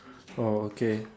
oh okay